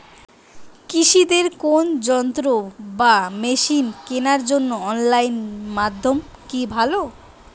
কৃষিদের কোন যন্ত্র বা মেশিন কেনার জন্য অনলাইন মাধ্যম কি ভালো?